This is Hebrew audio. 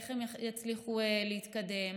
איך הם יצליחו להתקדם,